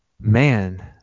Man